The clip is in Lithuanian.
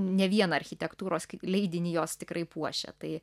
ne vien architektūros leidinį jos tikrai puošia tai